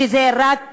שזה רק